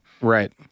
Right